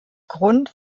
grund